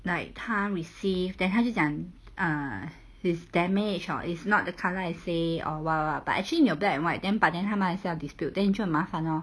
like 他 receive then 他就讲 ah it's damage or is not the colour I say or what what what but actually 你有 black and white then but then 他们还是要 dispute then 你就麻烦咯